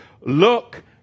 look